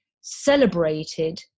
celebrated